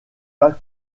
pas